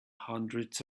hundreds